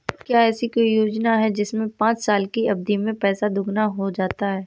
क्या ऐसी कोई योजना है जिसमें पाँच साल की अवधि में पैसा दोगुना हो जाता है?